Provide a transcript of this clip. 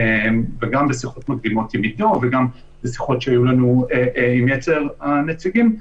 וגם בשיחות מקדימות עם עידו וגם בשיחות שהיו לנו עם יתר הנציגים,